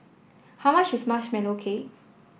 how much is Marshmallow Cake